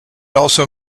also